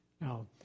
Now